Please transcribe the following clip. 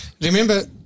remember